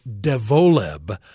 devoleb